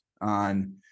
on